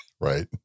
right